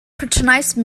patronize